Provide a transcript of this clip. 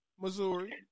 Missouri